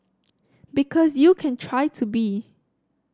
because you can try to be